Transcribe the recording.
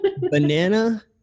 Banana